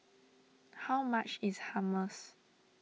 how much is Hummus